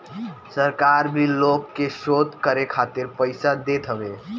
सरकार भी लोग के शोध करे खातिर पईसा देत हवे